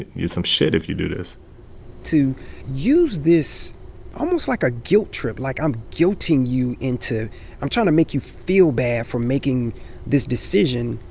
some shit if you do this to use this almost like a guilt trip like, i'm guilting you into i'm trying to make you feel bad for making this decision.